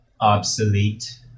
Obsolete